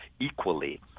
equally